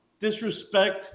disrespect